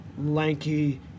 lanky